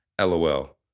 LOL